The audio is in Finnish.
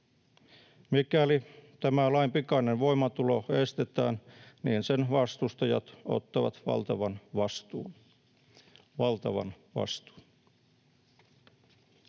Mikäli tämä lain pikainen voimaantulo estetään, niin sen vastustajat ottavat valtavan vastuun